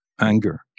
anger